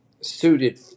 suited